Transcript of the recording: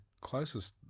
closest